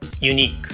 unique